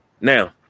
Now